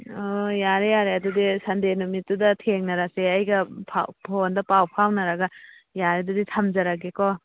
ꯑꯣ ꯌꯥꯔꯦ ꯌꯥꯔꯦ ꯑꯗꯨꯗꯤ ꯁꯟꯗꯦ ꯅꯨꯃꯤꯠꯇꯨꯗ ꯊꯦꯡꯅꯔꯁꯤ ꯑꯩꯒ ꯐꯣꯟꯗ ꯄꯥꯎ ꯐꯥꯎꯅꯔꯒ ꯌꯥꯔꯦ ꯑꯗꯨꯗꯤ ꯊꯝꯖꯔꯒꯦꯀꯣ